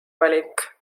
valik